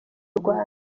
rwanda